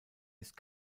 ist